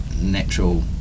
natural